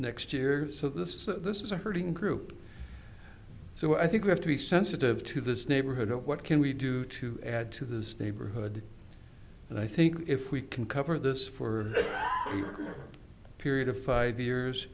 next year so this is this is a hurting group so i think we have to be sensitive to this neighborhood what can we do to add to this neighborhood and i think if we can cover this for a period of five years